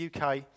UK